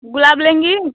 गुलाब लेंगी